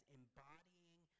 embodying